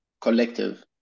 collective